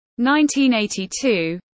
1982